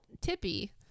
tippy